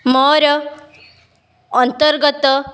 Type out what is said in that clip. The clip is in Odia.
ମୋର ଅନ୍ତର୍ଗତ